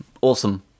awesome